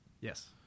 Yes